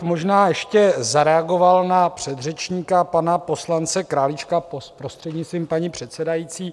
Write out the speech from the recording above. Možná bych ještě zareagoval na předřečníka pana poslance Králíčka prostřednictvím paní předsedající.